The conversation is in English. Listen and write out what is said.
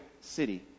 city